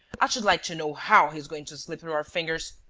i should like to know how he's going to slip through our fingers.